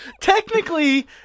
Technically